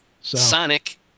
Sonic